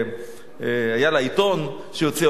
שהיה לה עיתון שהיא הוציאה.